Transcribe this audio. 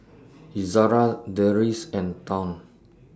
Izara Deris and Daud